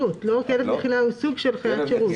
כלב נחייה הוא סוג של חיית שירות.